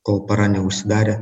kol para neužsidarė